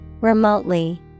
Remotely